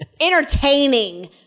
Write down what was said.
entertaining